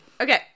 Okay